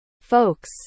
Folks